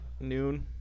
noon